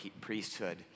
priesthood